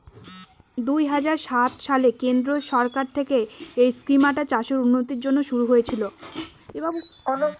দুই হাজার সাত সালে কেন্দ্রীয় সরকার থেকে এই স্কিমটা চাষের উন্নতির জন্যে শুরু হয়েছিল